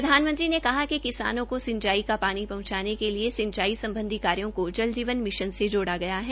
प्रधानमंत्री ने कहा कि किसानों को सिंचाई का पानी पहुंचाने के लिए सिंचाई सम्बधी कार्यो को जल जीवन मिशन से जोड़ा गया है